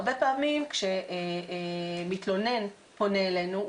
הרבה פעמים כשמתלונן פונה אלינו,